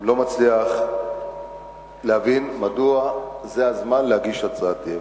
אני לא מצליח להבין מדוע זה הזמן להגיש הצעת אי-אמון.